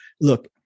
look